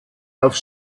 auf